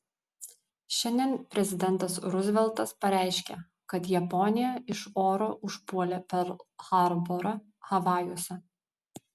šiandien prezidentas ruzveltas pareiškė kad japonija iš oro užpuolė perl harborą havajuose